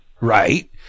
Right